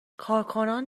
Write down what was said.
کارکنان